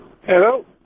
Hello